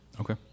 okay